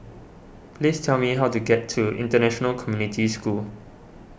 please tell me how to get to International Community School